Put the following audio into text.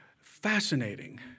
Fascinating